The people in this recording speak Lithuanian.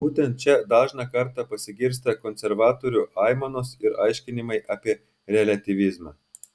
būtent čia dažną kartą pasigirsta konservatorių aimanos ir aiškinimai apie reliatyvizmą